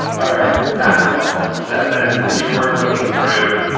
all right. after ball. stefan, you were looking through.